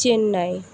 Chennai